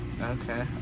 okay